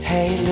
Hey